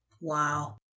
Wow